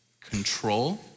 control